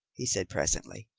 he said presently.